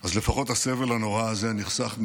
אז לפחות הסבל הנורא הזה נחסך מיעקב.